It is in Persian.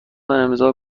امضا